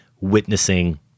witnessing